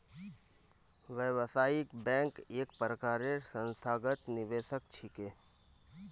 व्यावसायिक बैंक एक प्रकारेर संस्थागत निवेशक छिके